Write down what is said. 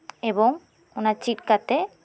ᱮᱵᱚᱝ ᱚᱱᱟ ᱪᱮᱫ ᱠᱟᱛᱮᱜ